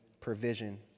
provision